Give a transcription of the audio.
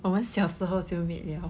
我们小时候就 meet liao